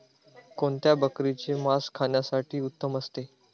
कोणत्या बकरीचे मास खाण्यासाठी उत्तम असते?